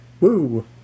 Woo